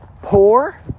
Poor